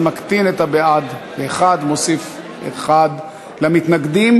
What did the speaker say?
זה מקטין את הבעד באחד ומוסיף אחד למתנגדים.